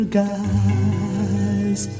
guys